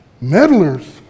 meddlers